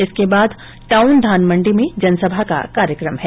इसके बाद टाउन धानमंडी में जनसभा का कार्यक्रम है